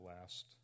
last